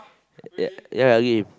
ya ya okay